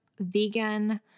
vegan